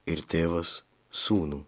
ir tėvas sūnų